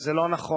זה לא נכון.